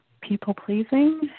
people-pleasing